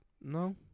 no